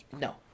No